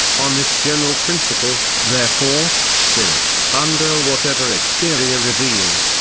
on this general principle, therefore, spirit, under whatever exterior revealed,